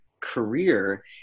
career